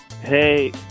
Hey